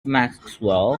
maxwell